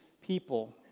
people